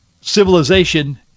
civilization